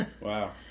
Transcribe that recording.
Wow